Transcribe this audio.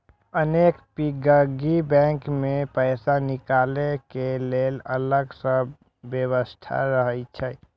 अनेक piggy bank मे पैसा निकालै के लेल अलग सं व्यवस्था रहै छै